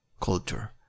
culture